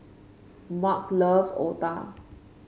Marge loves otah